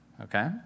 okay